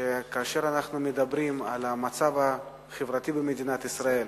כאשר אנחנו מדברים על המצב החברתי במדינת ישראל,